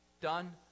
done